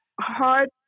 hard